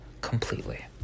completely